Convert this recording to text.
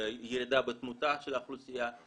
בירידה בתמותה של האוכלוסייה.